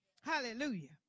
Hallelujah